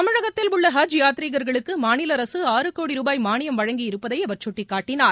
தமிழகத்தில் உள்ள ஹஜ் யாத்திரிகர்களுக்கு மாநில அரசு ஆறு கோடி ரூபாய் மானியம் வழங்கி இருப்பதை அவர் குட்டிக்காட்டினார்